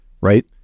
right